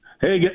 Hey